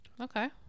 okay